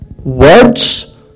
Words